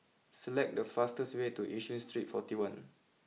select the fastest way to Yishun Street forty one